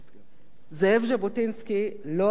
זאב ז'בוטינסקי לא היה סוציאליסט.